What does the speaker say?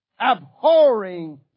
abhorring